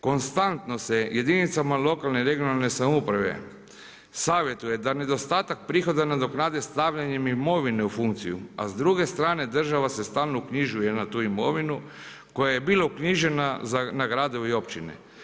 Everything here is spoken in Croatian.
Konstantno se jedinicama lokalne i regionalne samouprave savjetuje da nedostatak prihoda nadoknade stavljanjem imovine u funkciju, a s druge strane država se stalno uknjižuje na tu imovinu koja je bila uknjižena na gradove i općine.